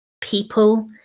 people